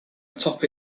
atop